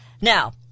Now